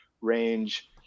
range